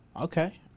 Okay